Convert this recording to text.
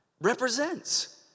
represents